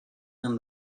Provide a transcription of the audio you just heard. and